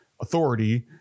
authority